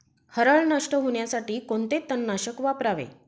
हरळ नष्ट होण्यासाठी कोणते तणनाशक वापरावे?